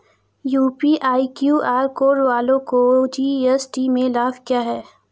UPI QR code वालों को GST में लाभ क्या है?